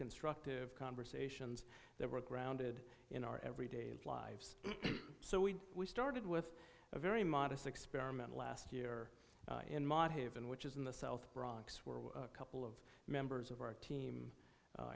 constructive conversations that were grounded in our everyday lives so we we started with a very modest experiment last year in which is in the south bronx where a couple of members of our team